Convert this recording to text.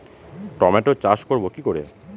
টমেটোর চাষ করব কি করে?